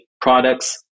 products